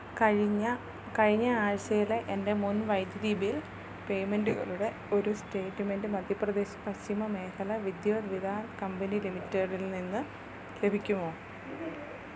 കഴിഞ്ഞ കഴിഞ്ഞ ആഴ്ചയിലെ എൻ്റെ മുൻ വൈദ്യുതി ബിൽ പേയ്മെൻ്റുകളുടെ ഒരു സ്റ്റേറ്റ്മെൻ്റ് മധ്യപ്രദേശ് പശ്ചിമ മേഖല വിദ്യുത് വിതാൻ കമ്പനി ലിമിറ്റഡിൽനിന്ന് ലഭിക്കുമോ